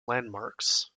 landmarks